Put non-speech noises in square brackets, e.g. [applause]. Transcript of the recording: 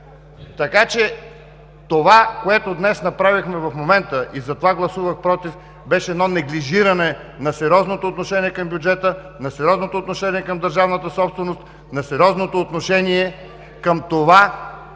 [noise] Това, което днес направихме в момента и затова гласувах против, беше едно неглижиране на сериозното отношение към бюджета, на сериозното отношение към държавната собственост, на сериозното отношение към това